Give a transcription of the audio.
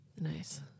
Nice